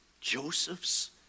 Joseph's